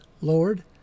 Lord